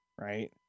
right